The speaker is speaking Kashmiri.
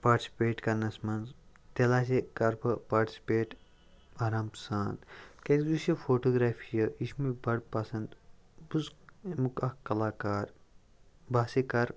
پارٹسِپیٹ کَرنَس منٛز تیٚلہ ہَسا کَرٕ بہٕ پارٹسِپیٹ آرام سان کیٛازِ یُس یہِ فوٹوگرٛافی چھِ یہِ چھِ مےٚ بَڑٕ پَسنٛد بہٕ چھُس امیٛک اَکھ کَلاکار بہٕ ہسا کَرٕ